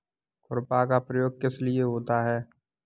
खुरपा का प्रयोग किस लिए होता है?